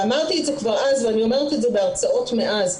אמרתי את זה כבר אז ואני אומרת את זה בהרצאות מאז.